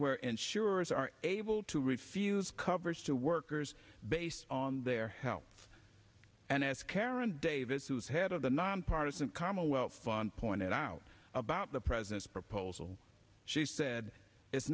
where insurers are able to refuse coverage to workers based on their health and as karen davis who is head of the nonpartisan commonwealth fund pointed out about the president's proposal she said it's